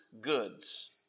goods